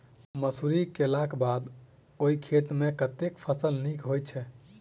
मसूरी केलाक बाद ओई खेत मे केँ फसल नीक होइत छै?